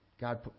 God